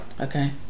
Okay